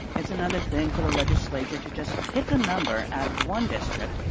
it's another thing for the legislature to just pick a number out of one district,